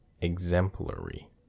exemplary